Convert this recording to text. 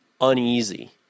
uneasy